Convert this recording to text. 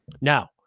Now